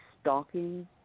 stalking